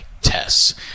tests